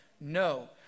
No